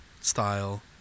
style